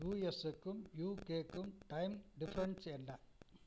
யூஎஸ்ஸுக்கும் யூகேவுக்கும் time difference என்ன